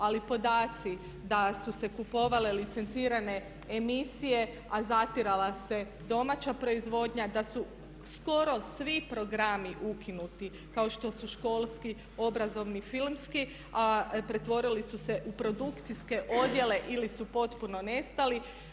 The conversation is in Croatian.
Ali podaci da su se kupovale licencirane emisije, a zatirala se domaća proizvodnja, da su skoro svi programi ukinuti kao što su školski, obrazovni, filmski a pretvorili su se u produkcijske odjele ili su potpuno nestali.